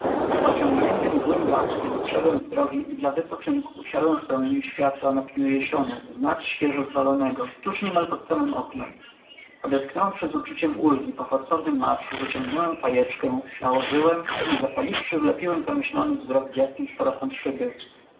pociągnięty mdłym blaskiem zeszedłem z drogi i dla wypoczynku usiadłem w promieniu światła na pniu jesionu znać świeżo zwalonego tuż niemal pod samem oknem odetchnąwszy z uczuciem ulgi po forsownym marszu wyciągnąłem fajeczkę nałożyłem i zapaliwszy wlepiłem zamyślony wzrok w jasny czworokąt szyby